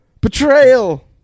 Betrayal